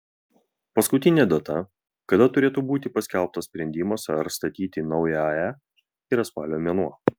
paskutinė data kada turėtų būti paskelbtas sprendimas ar statyti naują ae yra spalio mėnuo